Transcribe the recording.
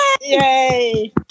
Yay